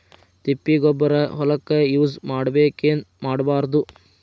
ತಿಪ್ಪಿಗೊಬ್ಬರ ಹೊಲಕ ಯೂಸ್ ಮಾಡಬೇಕೆನ್ ಮಾಡಬಾರದು?